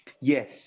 Yes